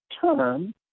term